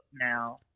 now